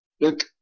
look